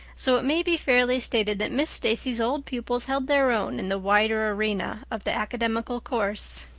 so it may be fairly stated that miss stacy's old pupils held their own in the wider arena of the academical course.